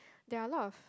there are lot of